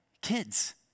kids